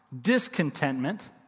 discontentment